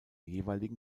jeweiligen